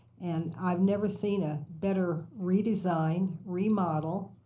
and i've never seen a better redesign, remodel